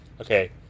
Okay